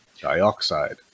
dioxide